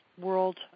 world